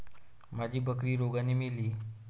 माझी बकरी रोगाने मेली